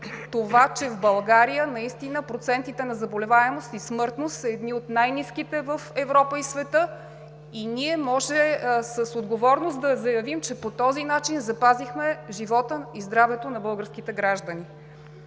това, че в България процентите на заболеваемост и смъртност са едни от най-ниските в Европа и света. Ние може с отговорност да заявим, че по този начин запазихме живота и здравето на българските граждани.